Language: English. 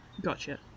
Gotcha